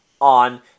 on